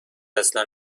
اصلا